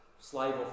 slave